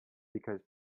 because